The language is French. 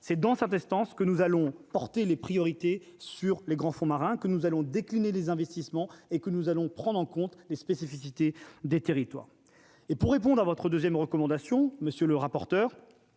c'est dans cette instance, que nous allons porter les priorités sur les grands fonds marins que nous allons décliner les investissements et que nous allons prendre en compte les spécificités des territoires et pour répondre à votre deuxième recommandation, monsieur le rapporteur